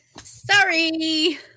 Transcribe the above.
Sorry